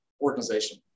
organization